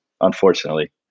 unfortunately